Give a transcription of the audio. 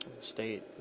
state